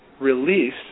release